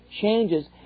changes